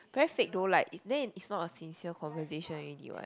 very freak loh like is they is not a sincere conversation already what